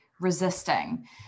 resisting